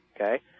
okay